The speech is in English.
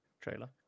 trailer